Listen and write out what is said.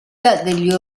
degli